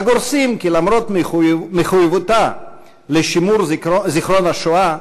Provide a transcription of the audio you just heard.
הגורסים כי למרות מחויבותה לשימור זיכרון השואה,